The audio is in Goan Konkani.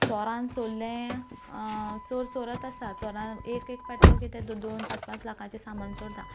चोरान चोरलें चोर चोरीत आसा चोराक एक एक फावट तो कितें दोन दोन पांच पांच लाखाचें सामान चोरता